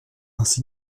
ainsi